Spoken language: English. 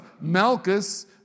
Malchus